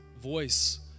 Voice